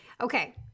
Okay